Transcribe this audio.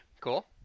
cool